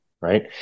right